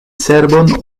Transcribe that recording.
cerbon